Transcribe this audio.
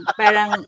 parang